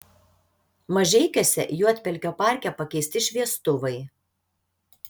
mažeikiuose juodpelkio parke pakeisti šviestuvai